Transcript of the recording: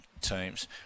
teams